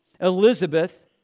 Elizabeth